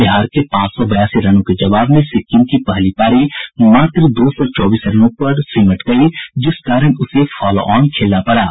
बिहार के पांच सौ बयासी रनों के जबाव में सिक्किम की पहली पारी मात्र दो सौ चौबीस रनों पर सिमट गयी जिस कारण उसे फॉलोऑन खेलना पड़ा